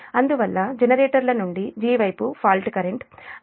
అందువల్ల జనరేటర్ల నుండి 'g' వైపు ఫాల్ట్ కరెంట్